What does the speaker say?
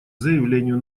заявлению